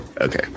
Okay